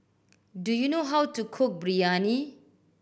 do you know how to cook Biryani